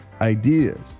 ideas